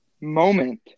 moment